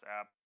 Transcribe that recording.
app